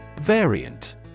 Variant